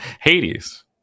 Hades